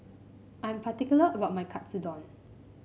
I'm particular about my Katsudon